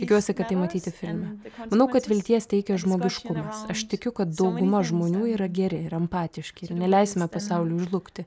tikiuosi kad tai matyti filme manau kad vilties teikia žmogiškumas aš tikiu kad dauguma žmonių yra geri ir empatiški ir neleisime pasauliui žlugti